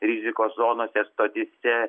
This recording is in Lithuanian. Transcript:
rizikos zonose stotyse